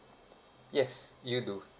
yes you too